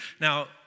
Now